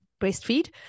breastfeed